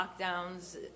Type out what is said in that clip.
lockdowns